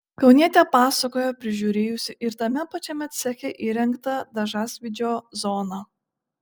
kaunietė pasakojo prižiūrėjusi ir tame pačiame ceche įrengtą dažasvydžio zoną